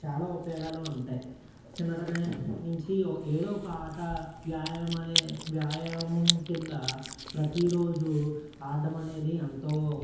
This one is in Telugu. చాలా ఉపయోగాలు ఉంటాయి చిన్నతనం నుంచి ఏదో ఒక ఆట వ్యాయామనే వ్యాయామం కింద ప్రతిరోజూ ఆడటం అనేది ఎంతో